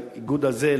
הזה,